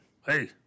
Hey